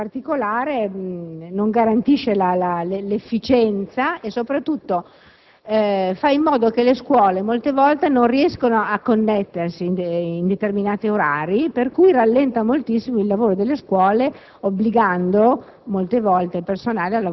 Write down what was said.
di un ente che non garantisce l'efficienza e soprattutto fa sì che le scuole molte volte non riescano a connettersi in determinati orari per cui ne rallenta moltissimo il lavoro, obbligando